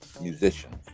musicians